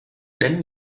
nhà